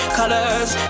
colors